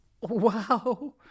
Wow